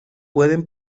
pueden